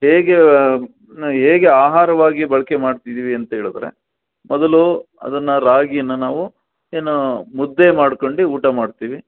ಹೇಗೆ ನ ಹೇಗೆ ಆಹಾರವಾಗಿ ಬಳಕೆ ಮಾಡ್ತಿದ್ದೀವಿ ಅಂತೇಳಿದರೆ ಮೊದಲು ಅದನ್ನ ರಾಗಿಯನ್ನ ನಾವು ಏನು ಮುದ್ದೆ ಮಾಡ್ಕೊಂಡು ಊಟ ಮಾಡ್ತೀವಿ